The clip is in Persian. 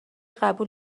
قبول